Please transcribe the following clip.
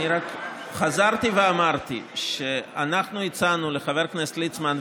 אני רק חזרתי ואמרתי שאנחנו הצענו לחבר הכנסת ליצמן,